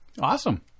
Awesome